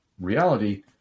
reality